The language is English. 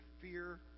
fear